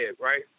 right